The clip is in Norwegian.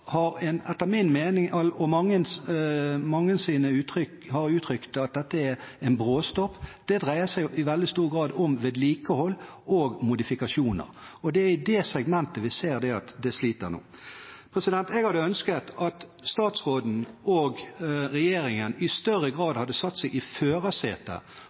dette en bråstopp. Det dreier seg i veldig stor grad om vedlikehold og modifikasjoner, og det er i det segmentet vi ser at de sliter nå. Jeg hadde ønsket at statsråden og regjeringen i større grad hadde satt seg i